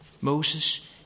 Moses